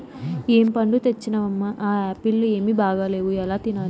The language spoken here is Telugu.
ఏం పండ్లు తెచ్చినవమ్మ, ఆ ఆప్పీల్లు ఏమీ బాగాలేవు ఎలా తినాలి